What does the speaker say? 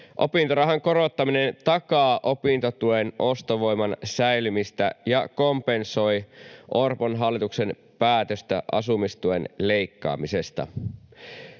Opintorahan korottaminen takaa opintotuen ostovoiman säilymistä ja kompensoi Orpon hallituksen päätöstä asumistuen leikkaamisesta.